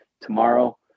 tomorrow